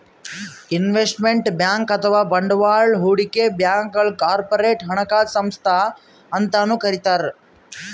investment bank ಅಥವಾ ಬಂಡವಾಳ್ ಹೂಡಿಕೆ ಬ್ಯಾಂಕ್ಗ್ ಕಾರ್ಪೊರೇಟ್ ಹಣಕಾಸು ಸಂಸ್ಥಾ ಅಂತನೂ ಕರಿತಾರ್